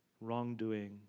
wrongdoing